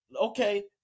okay